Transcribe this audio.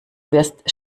wirst